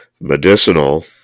medicinal